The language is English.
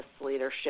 leadership